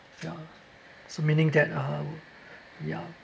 ya so meaning that uh ya